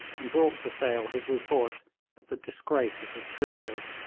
and brought to sale his report of the disgrace of his troopers.